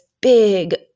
big